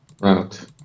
Right